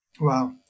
Wow